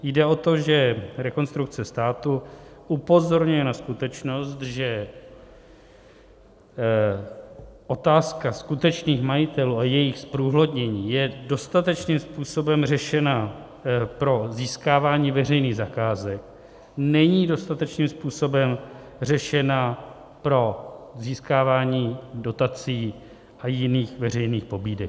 Jde o to, že Rekonstrukce státu upozorňuje na skutečnost, že otázka skutečných majitelů a jejich zprůhlednění je dostatečným způsobem řešena pro získávání veřejných zakázek, není dostatečným způsobem řešena pro získávání dotací a jiných veřejných pobídek.